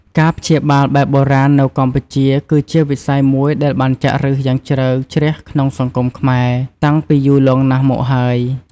ការព្យាបាលបែបបុរាណ នៅកម្ពុជា គឺជាវិស័យមួយដែលបានចាក់ឫសយ៉ាងជ្រៅជ្រះក្នុងសង្គមខ្មែរ តាំងពីយូរលង់ណាស់មកហើយ។